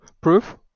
Proof